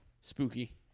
Spooky